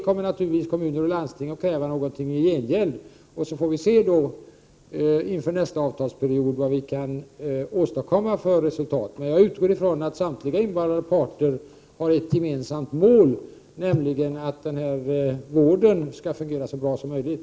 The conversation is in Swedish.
Kommuner och landsting kommer naturligtvis att kräva någonting i gengäld. Sedan får vi se, inför nästa avtalsperiod, vad vi kan åstadkomma för resultat. Men jag utgår från att samtliga inblandade parter har ett gemensamt mål, nämligen att den här vården skall fungera så bra som möjligt.